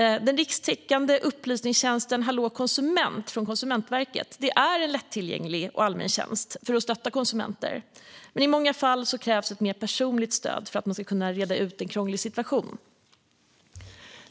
Den rikstäckande upplysningstjänsten Hallå konsument! från Konsumentverket är en lättillgänglig och allmän tjänst till stöd för konsumenter, men i många fall krävs ett mer personligt stöd för att man ska kunna reda ut en krånglig situation.